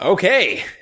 Okay